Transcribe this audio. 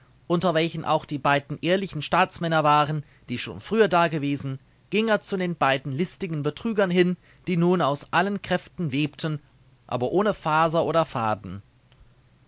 unter welchen auch die beiden ehrlichen staatsmänner waren die schon früher dagewesen ging er zu den beiden listigen betrügern hin die nun aus allen kräften webten aber ohne faser oder faden